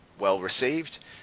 well-received